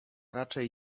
raczej